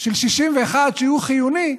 של 61, שהוא חיוני,